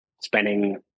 spending